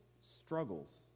struggles